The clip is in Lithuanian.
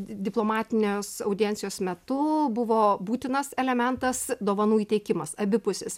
diplomatinės audiencijos metu buvo būtinas elementas dovanų įteikimas abipusis